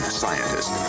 scientist